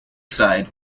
side